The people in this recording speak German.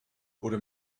wurde